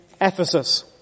Ephesus